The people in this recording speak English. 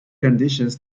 conditions